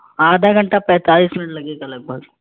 آدھا گھنٹہ پینتالیس منٹ لگے گا لگ بھگ